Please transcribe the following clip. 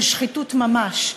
של שחיתות ממש,